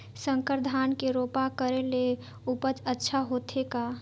संकर धान के रोपा करे ले उपज अच्छा होथे का?